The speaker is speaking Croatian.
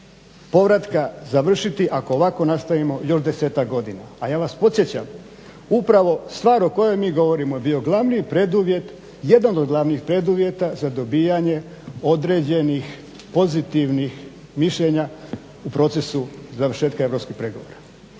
povratka završiti ako ovako nastavimo još desetak godina. A ja vas podsjećam, upravo stvar o kojoj mi govorimo je bio glavni preduvjet jedan od glavnih preduvjeta za dobijanje određeni pozitivnih mišljenja u procesu završetka europskih pregovora.